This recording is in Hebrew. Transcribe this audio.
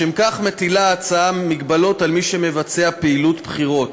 לשם כך מוצע להטיל מגבלות על מי שמבצע פעילות בחירות,